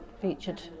featured